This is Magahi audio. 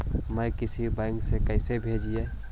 मैं किसी बैंक से कैसे भेजेऊ